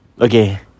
Okay